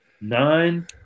nine